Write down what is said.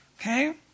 okay